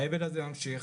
האבל ממשיך,